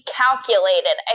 calculated